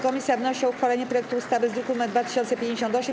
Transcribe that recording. Komisja wnosi o uchwalenie projektu ustawy z druku nr 2058.